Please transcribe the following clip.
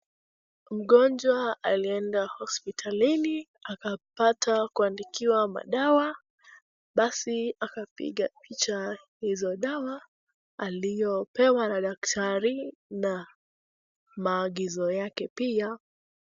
Mgonjwa alienda hospitalini akapata kuandikiwa madawa basi akapiga picha hizo dawa aliyopewa na daktari na maagizo yake pia.